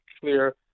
clear